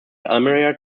elmira